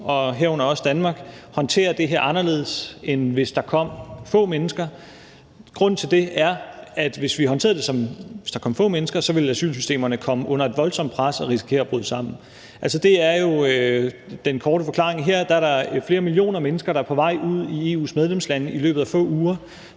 EU, herunder også Danmark, håndterer det her anderledes, end hvis der kom få mennesker, er, at hvis vi håndterede det, som hvis der kom få mennesker, ville asylsystemerne komme under et voldsomt pres og risikere at bryde sammen. Det er jo den korte forklaring. Her er der flere millioner mennesker, der er på vej ud i EU's medlemslande i løbet af få uger,